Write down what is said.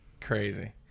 Crazy